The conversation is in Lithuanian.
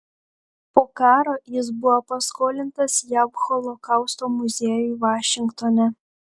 po karo jis buvo paskolintas jav holokausto muziejui vašingtone